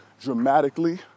dramatically